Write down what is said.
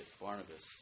Barnabas